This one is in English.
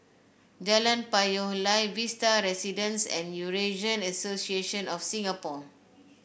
Jalan Payoh Lai Vista Residences and Eurasian Association of Singapore